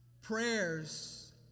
Prayers